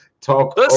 Talk